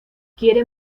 quiere